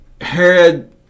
Herod